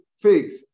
figs